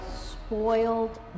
spoiled